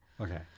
Okay